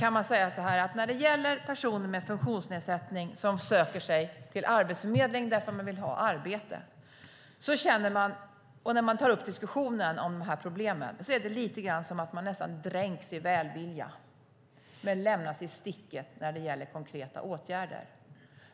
När det gäller personer med funktionsnedsättning som söker sig till Arbetsförmedlingen därför att de vill ha arbete, och tar upp diskussionen om de här problemen, är det lite grann som att man nästan dränks i välvilja, men lämnas i sticket när det gäller konkreta åtgärder.